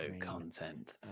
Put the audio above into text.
content